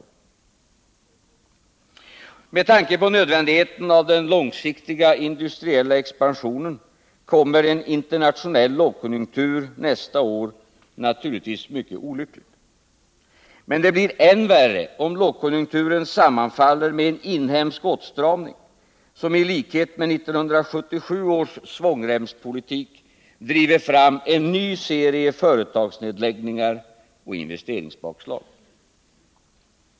För USA:s del talar man t.o.m. om en klar nedgång och stor arbetslöshet. Med tanke på nödvändigheten av en långsiktig industriell expansion kommer en internationell lågkonjunktur nästa år naturligtvis mycket olyckligt. Men det blir än värre om lågkonjunkturen sammanfaller med en inhemsk åtstramning som i likhet med 1977 års svångremspolitik driver fram en ny serie företagsnedläggningar och investeringsbakslag.